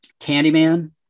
Candyman